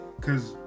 Cause